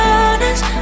honest